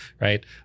right